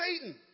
Satan